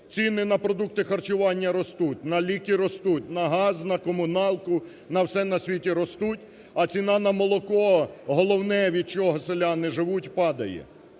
Ціни на продукти харчування ростуть, на ліки ростуть, на газ, на комуналку, на все на світі ростуть, а ціна на молоко, головне, від чого селяни живуть, падає.